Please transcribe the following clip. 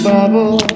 Bubble